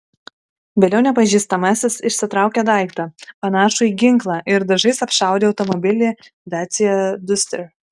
vėliau nepažįstamasis išsitraukė daiktą panašų į ginklą ir dažais apšaudė automobilį dacia duster